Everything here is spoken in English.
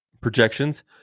projections